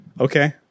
Okay